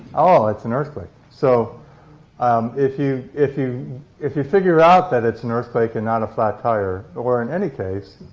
ah it's an earthquake. so um if you if you if you figure out that it's an earthquake and not a flat tire, or in any case,